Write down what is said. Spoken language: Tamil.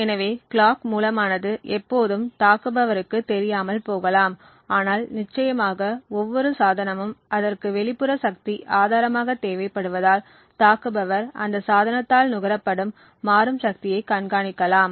எனவே கிளாக் மூலமானது எப்போதும் தாக்குபவருக்குத் தெரியாமல் போகலாம் ஆனால் நிச்சயமாக ஒவ்வொரு சாதனமும் அதற்கு வெளிப்புற சக்தி ஆதாரமாக தேவைப்படுவதால் தாக்குபவர் அந்த சாதனத்தால் நுகரப்படும் மாறும் சக்தியை கண்காணிக்கலாம்